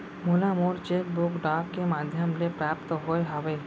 मोला मोर cheque book डाक के मध्याम ले प्राप्त होय हवे